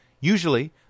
Usually